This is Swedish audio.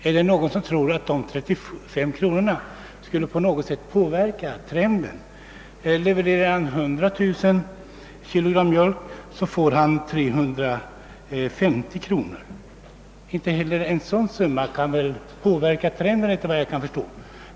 är det nå gon som tror att de 35 kronorna på något sätt skulle påverka trenden? Den som levererar 100000 kilo mjölk får 3090 kronor, och inte heller en sådan summa kan väl påverka trenden.